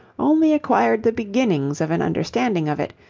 only acquired the beginnings of an understanding of it,